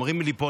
אומרים לי פה,